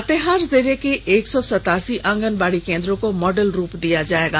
लातेहार जिले के एक सौ सतासी आंगनबाड़ी केन्द्रों को मॉडल रूप दिया जाएगा